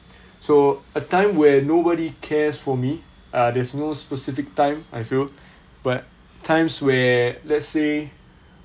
so a time when nobody cares for me uh there's no specific time I feel but times where let's say